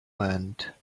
wind